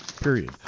Period